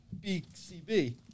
BCB